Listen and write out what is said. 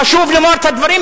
חשוב לומר את הדברים,